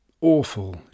awful